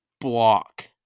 block